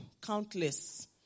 countless